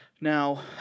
Now